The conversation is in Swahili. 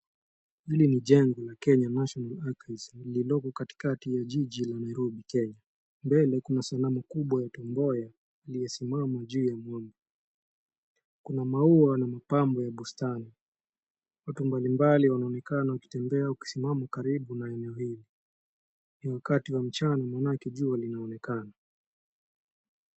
Hili ni jengo la Kenya National Archives , lililoko katikati ya jiji la Nairobi, Kenya. Mbele, kuna sanamu kubwa ya Tom Mboya, aliyesimama juu ya mwamba. Kuna maua, na mapambo ya bustani, watu mbalimbali wanaonekana wakitembea wakisimama karibu na eneo hili. Ni wakati wa mchana, maanake jua linaonekana.